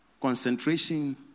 concentration